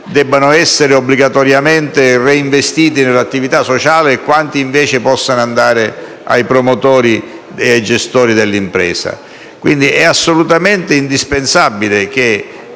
debbano essere obbligatoriamente reinvestiti nell'attività sociale e quanti invece possano andare ai promotori e ai gestori dell'impresa. È quindi assolutamente indispensabile,